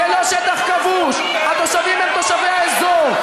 זה לא שטח כבוש, התושבים הם תושבי האזור.